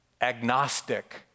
agnostic